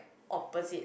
opposite